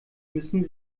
müssen